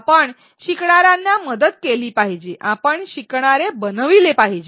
आपण शिकणाऱ्यांना मदत केली पाहिजे आपण शिकणारे बनविले पाहिजे